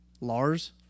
Lars